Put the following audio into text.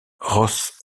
ross